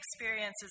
experiences